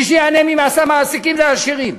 מי שייהנה ממס המעסיקים זה העשירים.